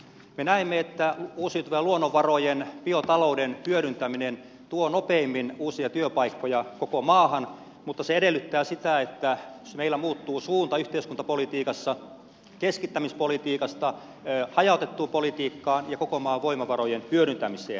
me näemme että uusiutuvien luonnonvarojen biotalouden hyödyntäminen tuo nopeimmin uusia työpaikkoja koko maahan mutta se edellyttää sitä että meillä muuttuu suunta yhteiskuntapolitiikassa keskittämispolitiikasta hajautettuun politiikkaan ja koko maan voimavarojen hyödyntämiseen